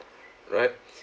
right